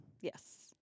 Yes